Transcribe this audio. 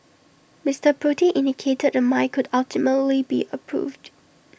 Mister Pruitt indicated the mine could ultimately be approved